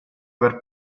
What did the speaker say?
aver